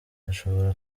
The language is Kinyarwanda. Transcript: ashobora